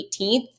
18th